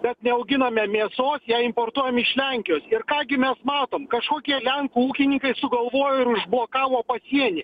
bet neauginame mėsos ją importuojam iš lenkijos ir ką gi mes matom kažkokie lenkų ūkininkai sugalvojo ir užblokavo pasienį